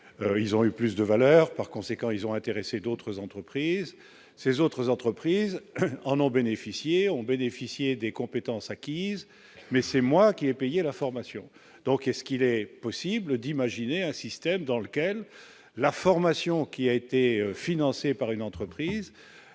ils ont eu plus de valeur, par conséquent, ils ont intéressé d'autres entreprises, 16 autres entreprises en ont bénéficié ont bénéficié des compétences acquises, mais c'est moi qui est payé à la formation donc est-ce qu'il est possible d'imaginer un système dans lequel la formation qui a été financé par une entreprise